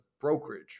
brokerage